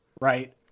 right